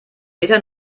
meter